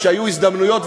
כשהיו הזדמנויות,